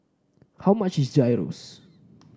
how much is Gyros